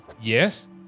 Yes